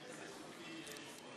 התשע"ו 2015,